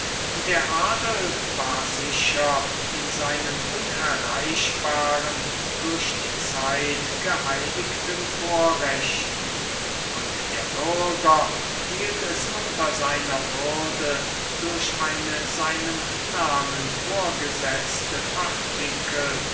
der adel war sicher in seinen unerreichbaren durch die zeit geheiligten vorrechten und der bürger hielt es unter seiner würde durch eine seinem namen vorgesetzte partikel